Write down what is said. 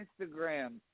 Instagram